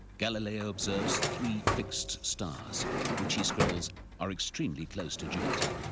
galileo observes three fixed stars which he scribbles are extremely close to jupiter,